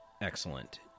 excellent